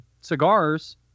cigars